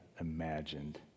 imagined